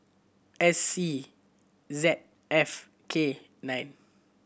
S C Z F K nine